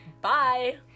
Bye